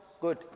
Good